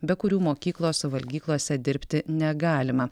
be kurių mokyklos valgyklose dirbti negalima